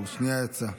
הוא יצא שנייה.